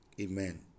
Amen